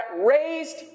raised